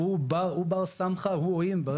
והוא תוצר של